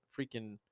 freaking